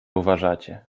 uważacie